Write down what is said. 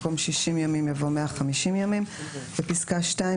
במקום "60 ימים" יבוא "150 ימים"; (2)בפסקה (2),